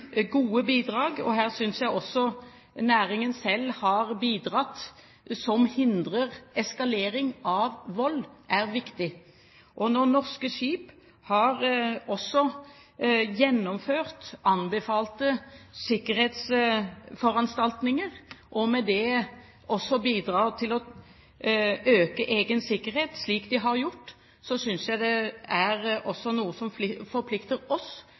gode bidrag som hindrer eskalering av vold, viktig. Her synes jeg også næringen selv har bidratt. Når norske skip også har gjennomført anbefalte sikkerhetsforanstaltninger, og med det bidratt til å øke egen sikkerhet slik de har gjort, synes jeg det også er noe som forplikter oss